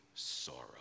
Sorrow